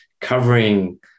covering